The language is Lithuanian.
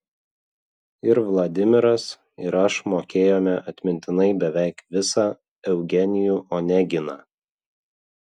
ir vladimiras ir aš mokėjome atmintinai beveik visą eugenijų oneginą